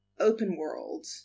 open-world